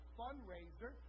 fundraiser